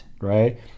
right